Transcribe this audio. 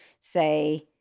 say